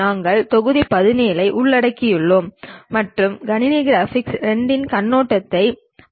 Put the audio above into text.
நான் Rajaram Lakkaraju mechanical engineering IIT Kharagpur